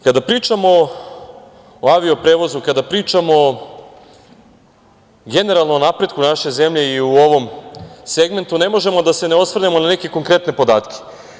Kada pričamo o avio prevozu, kada pričamo generalno o napretku naše zemlje i u ovom segmentu, ne možemo da se ne osvrnemo na neke konkretne podatke.